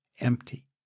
empty